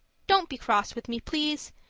don't be cross with me, please,